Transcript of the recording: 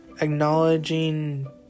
acknowledging